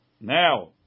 now